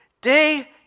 Day